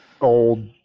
old